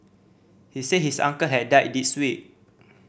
he said his uncle had died this week